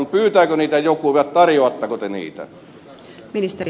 pyytääkö niitä joku vai tarjoatteko te niitä